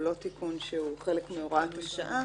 הוא לא תיקון שהוא חלק מהוראת השעה.